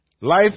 Life